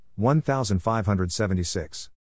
1576